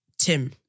Tim